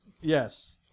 Yes